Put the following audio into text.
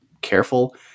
careful